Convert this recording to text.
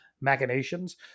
machinations